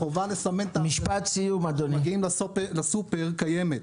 החובה לסמן את הארגזים שמגיעים לסופר קיימת.